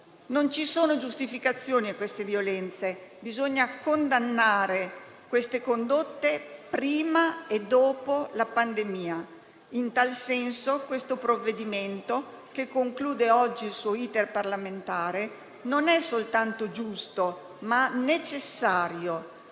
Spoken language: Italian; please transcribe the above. Non ci sono giustificazioni a queste violenze, bisogna condannare queste condotte, prima e dopo la pandemia. In tal senso, il provvedimento in esame, che conclude oggi il suo *iter* parlamentare, non è soltanto giusto, ma necessario.